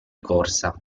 corsa